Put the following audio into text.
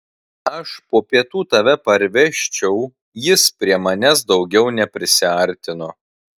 aš po pietų tave parvežčiau jis prie manęs daugiau neprisiartino